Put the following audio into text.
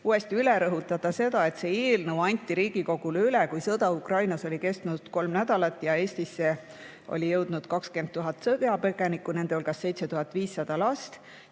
uuesti üle rõhutada seda, et see eelnõu anti Riigikogule üle, kui sõda Ukrainas oli kestnud kolm nädalat ja Eestisse oli jõudnud 20 000 sõjapõgenikku, nende hulgas 7500 last.